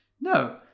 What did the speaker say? No